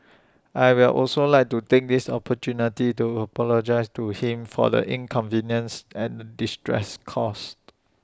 I will also like to take this opportunity to apologise to him for the inconveniences and distress caused